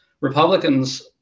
Republicans